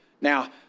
now